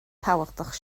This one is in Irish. tábhachtach